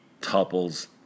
topples